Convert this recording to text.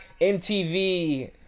MTV